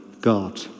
God